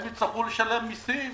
הם יצטרכו לשלם מיסים,